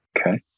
Okay